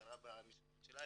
זה קרה במשמרת שלה,